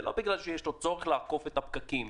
זה לא בגלל שיש לו צורך לעקוף את הפקקים,